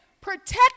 protect